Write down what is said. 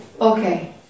Okay